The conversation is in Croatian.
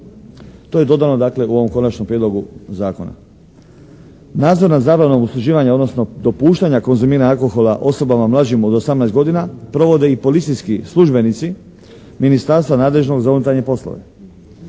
To je dodano dakle u ovom konačnom prijedlogu zakona. Nadzor nad zabranom usluživanja odnosno dopuštanja konzumiranja alkohola osobama mlađim od osamnaest godina provode i policijski službenici ministarstva nadležnog za unutarnje poslove.